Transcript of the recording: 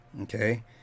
Okay